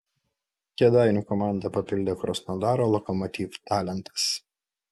kėdainių komandą papildė krasnodaro lokomotiv talentas